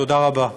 תודה רבה.